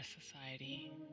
society